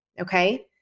Okay